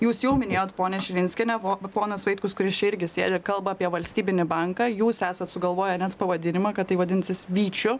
jūs jau minėjote ponia širinskiene o ponas vaitkus kuris čia irgi sėdi kalba apie valstybinį banką jūs esat sugalvoję net pavadinimą kad tai vadinsis vyčiu